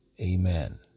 Amen